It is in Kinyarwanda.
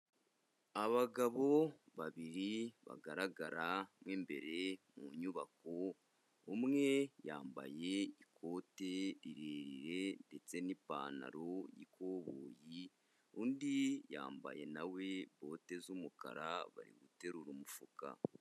Abagabo babiri bagaragara mo imbere mu nyubako, umwe yambaye ikoti ririre ndetse n'ipantaro y'ikoboyi, undi yambaye na we bote z'umukara bari guterura umufuka.